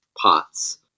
pots